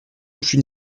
plus